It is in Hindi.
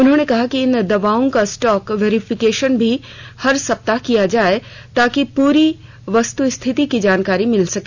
उन्होंने कहा कि इन दवाओं का स्टॉक वेरिफिकेशन भी हर सप्ताह किया जाए ताकि पूरी वस्तुस्थिति की जानकारी मिल सके